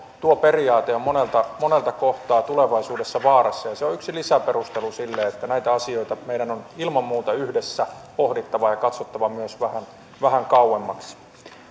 tuo periaate on monelta monelta kohdalta tulevaisuudessa vaarassa ja se on yksi lisäperustelu sille että näitä asioita meidän on ilman muuta yhdessä pohdittava ja katsottava myös vähän kauemmaksi